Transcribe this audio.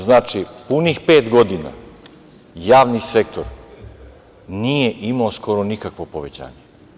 Znači, punih pet godina javni sektor nije imao skoro nikakvo povećanje.